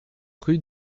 rue